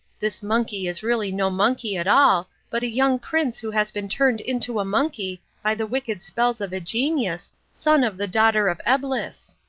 this monkey is really no monkey at all, but a young prince who has been turned into a monkey by the wicked spells of a genius, son of the daughter of eblis.